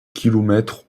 kilomètres